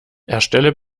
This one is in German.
erstelle